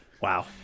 Wow